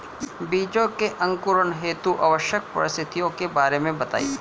बीजों के अंकुरण हेतु आवश्यक परिस्थितियों के बारे में बताइए